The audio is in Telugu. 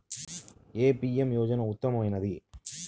ఏ పీ.ఎం యోజన ఉత్తమమైనది?